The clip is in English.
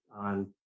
on